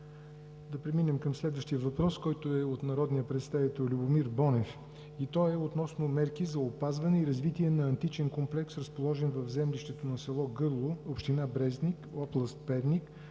Преминаваме към следващия въпрос от народния представител Любомир Бонев относно мерки за опазване и развитие на античен комплекс, разположен в землището на село Гърло, община Брезник, област Перник,